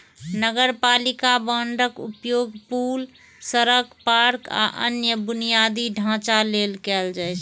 नगरपालिका बांडक उपयोग पुल, सड़क, पार्क, आ अन्य बुनियादी ढांचा लेल कैल जाइ छै